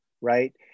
right